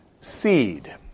seed